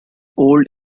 old